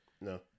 No